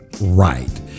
right